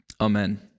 Amen